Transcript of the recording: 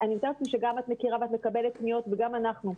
אני מתארת לעצמי שגם את מכירה ואת מקבלת פניות וגם אנחנו.